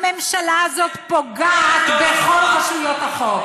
הממשלה הזאת פוגעת בכל רשויות החוק.